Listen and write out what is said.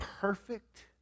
perfect